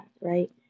right